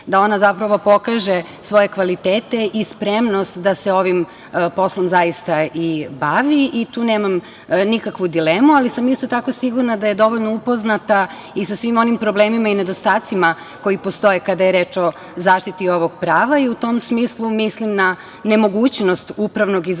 da ona, zapravo, pokaže svoje kvalitete i spremnost da se ovim poslom zaista i bavi i tu nemam nikakvu dilemu, ali sam isto tako sigurna da je dovoljno upoznata i sa svim onim problemima i nedostacima koji postoje kada je reč o zaštiti ovog prava i u tom smislu mislim na nemogućnost upravnog izvršenja